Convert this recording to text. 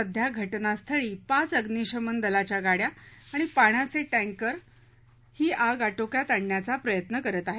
सध्या घटना स्थळावर पाच अग्नीशमन दलाच्या गाड्या आणि पाण्याचे टँकर ही आग आटोक्यात आणण्याचा प्रयत्न करत आहेत